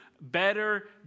better